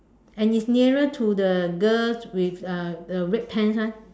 and it's nearer to the girls with uh red pants ah